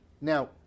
Now